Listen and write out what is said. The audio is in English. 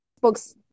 books